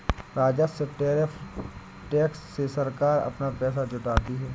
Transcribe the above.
राजस्व tariff tax से सरकार अपना पैसा जुटाती है